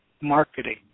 marketing